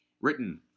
written